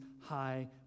high